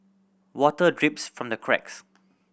water drips from the cracks